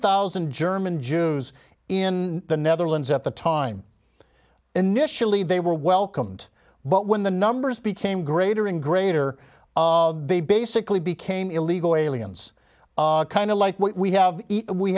thousand german jews in the netherlands at the time initially they were welcomed but when the numbers became greater and greater they basically became illegal aliens kind of like what we have we